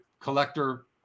collector